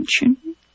attention